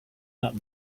not